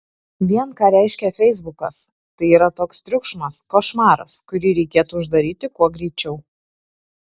vien ką reiškia feisbukas tai yra toks triukšmas košmaras kurį reikėtų uždaryti kuo greičiau